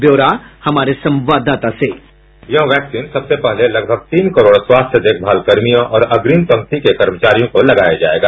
ब्यौरा हमारे संवाददाता से बाइट यह वैक्सीन सबसे पहले लगभग तीन करोड़ स्वास्थ्य देखभाल कर्मियों और अग्निम पंक्ति के कर्मचारियों को लगाया जाएगा